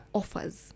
offers